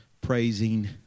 praising